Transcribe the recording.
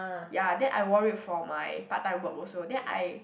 ya then I wore it for my part-time work also then I